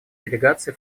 делегации